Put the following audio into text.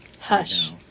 hush